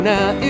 Now